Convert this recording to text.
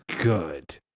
good